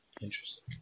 Interesting